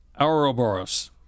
...Auroboros